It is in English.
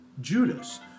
Judas